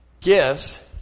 gifts